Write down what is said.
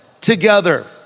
together